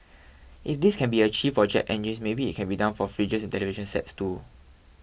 if this can be achieved for jet engines maybe it can be done for fridges and television sets too